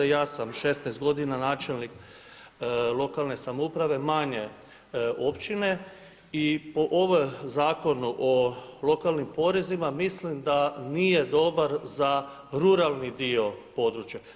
I ja sam 16 godina načelnik lokalne samouprave manje općine i po ovom Zakonu o lokalnim porezima mislim da nije dobar za ruralni dio područja.